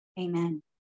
Amen